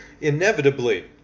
inevitably